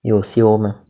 有 sale 吗